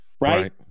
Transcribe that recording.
right